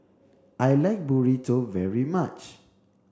I like Burrito very much